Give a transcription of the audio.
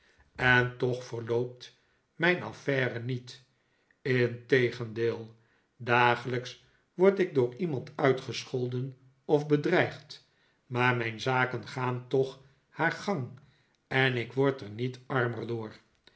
en toch verloopt mijn affaire niet integendeel dagelijks word ik door iemand uitgescholden of bedreigd maar mijn zaken gaan toch haar gang en ik word er niet armer door